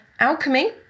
Alchemy